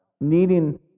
needing